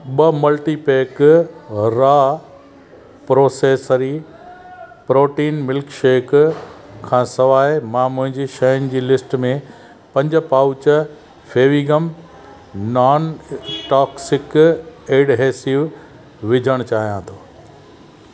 ॿ multipack raw प्रोसैसरी protein milkshake खां सवाइ मां मुंहिंजी शयुनि जी लिस्ट में पंज pouch Fevigum non toxic adhesive विझणु चाहियां थो